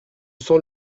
sens